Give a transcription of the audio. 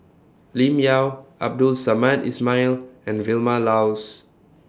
Lim Yau Abdul Samad Ismail and Vilma Laus